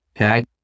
Okay